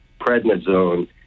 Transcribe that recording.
prednisone